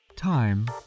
Time